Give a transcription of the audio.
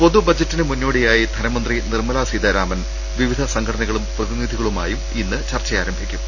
പൊതുബജറ്റിന് മുന്നോടിയായി ധനമന്ത്രി നിർമ്മല സീതാരാ മൻ വിവിധ സംഘടനകളും പ്രതിനിധികളുമായി ഇന്ന് ചർച്ചആരംഭി ക്കും